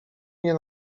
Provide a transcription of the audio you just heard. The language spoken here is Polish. nie